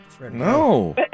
No